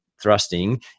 thrusting